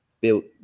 built